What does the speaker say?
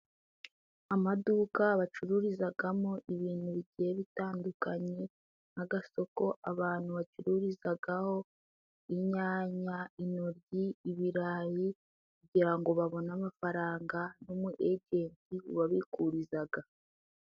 Amaduka bacururizamo ibintu bigiye bitandukanye n'agasoko abantu bacururizaho inyanya, intoryi, ibirayi kugira ngo babone amafaranga n'umu egenti ubabikuriza.